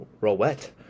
roulette